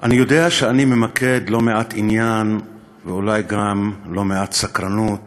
אני יודע שאני ממקד לא מעט עניין ואולי גם לא מעט סקרנות